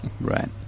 Right